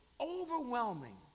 overwhelming